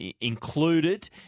included